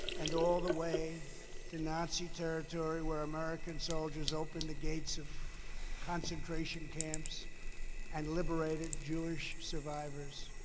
and all the way to nazi territory, where american soldiers open the gates of concentration camps and liberated jewish survivors.